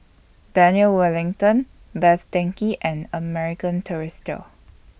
Daniel Wellington Best Denki and American Tourister